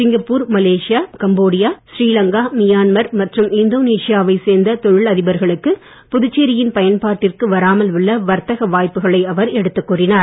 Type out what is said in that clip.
Singapore Malaysia Cambodia Myanmar Sri Lanka மற்றும் இந்தோனேசியாவைச் தொழில் அதிபர்களுக்கு புதுச்சேரியின் பயன்பாட்டிற்கு வராமல் உள்ள வர்த்தக வாய்ப்புகளை அவர் எடுத்துக் கூறினார்